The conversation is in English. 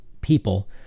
people